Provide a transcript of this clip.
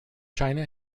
china